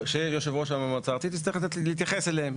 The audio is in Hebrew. שיושב ראש המועצה הארצית יצטרך להתייחס אליהן.